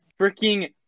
Freaking